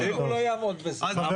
ואם הוא לא יעמוד בזה?